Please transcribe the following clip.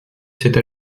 cette